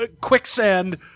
quicksand